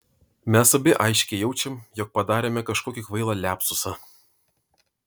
mes abi aiškiai jaučiam jog padarėme kažkokį kvailą liapsusą